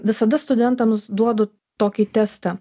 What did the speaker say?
visada studentams duodu tokį testą